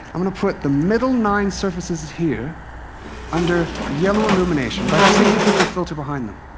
i'm going to put the middle nine surfaces here under yellow illumination, by but simply putting a filter behind them.